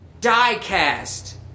die-cast